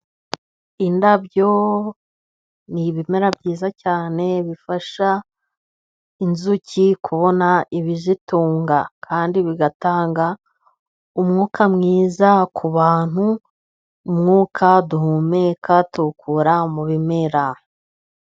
Indabyo ni ibimera byiza cyane, bifasha inzuki kubona ibizitunga, kandi bigatanga umwuka mwiza kubantu, umwuka duhumeka tuwukura mu bimera.